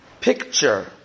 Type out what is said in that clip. picture